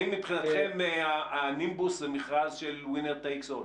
האם מבחינתכם הנימבוס זה מכרז של Winner takes all?